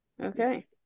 Okay